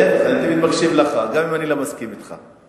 להיפך, אני מקשיב לך גם אם אני לא מסכים אתך.